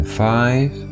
five